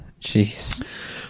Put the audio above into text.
jeez